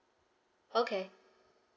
okay